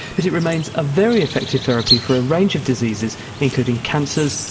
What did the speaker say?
but it remains a very effective therapy for a range of diseases including cancers,